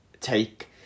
take